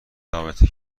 رابطه